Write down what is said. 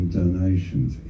donations